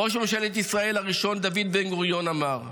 ראש ממשלת ישראל הראשון דוד בן גוריון אמר: